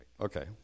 Okay